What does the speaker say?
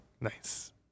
nice